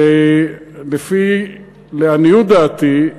לעניות דעתי,